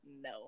No